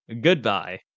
goodbye